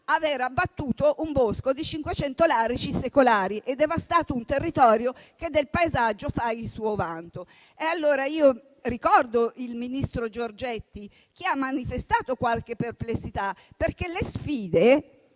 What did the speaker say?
aver abbattuto un bosco di 500 larici secolari e devastato un territorio che del paesaggio fa il suo vanto. Ricordo che il ministro Giorgetti ha manifestato qualche perplessità. Le sfide